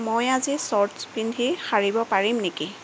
মই আজি চৰ্টছ পিন্ধি সাৰিব পাৰিম নেকি